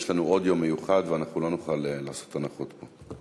יש לנו עוד יום מיוחד ולא נוכל לעשות הנחות פה.